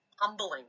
humbling